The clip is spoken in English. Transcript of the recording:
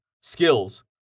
skills